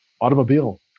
automobile